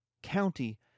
county